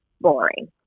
boring